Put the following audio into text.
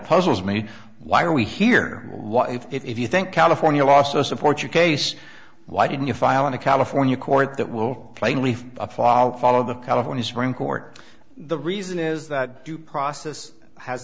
puzzles me why are we here what if if you think california law so support your case why didn't you file in a california court that will plainly for a follow follow the california supreme court the reason is that due process has